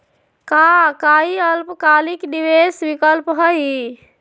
का काई अल्पकालिक निवेस विकल्प हई?